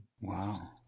Wow